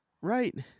Right